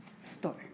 store